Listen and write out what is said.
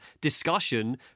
discussion